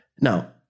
now